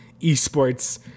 eSports